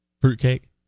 fruitcake